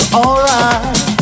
alright